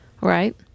right